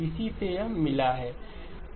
इसी से यह मिला है